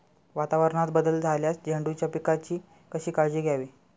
वातावरणात बदल झाल्यास झेंडूच्या पिकाची कशी काळजी घ्यावी?